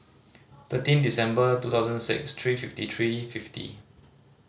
thirteen December two thousand six three fifty three fifty